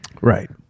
Right